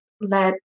let